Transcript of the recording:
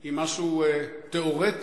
היא משהו תיאורטי,